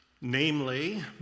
namely